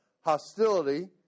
hostility